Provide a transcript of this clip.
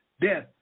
death